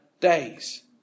days